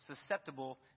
susceptible